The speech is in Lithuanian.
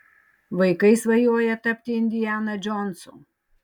vaikai svajoja tapti indiana džonsu